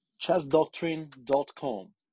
chessdoctrine.com